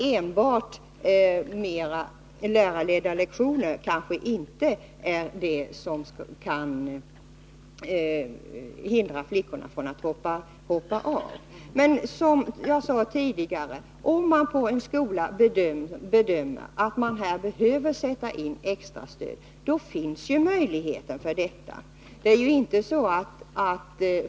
Enbart lärarledda lektioner kanske inte är det som kan hindra att flickorna hoppar av studierna. Om man på en skola bedömer att man behöver sätta in extrastöd, så finns ju, som jag sade tidigare, möjligheter för detta.